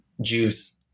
Juice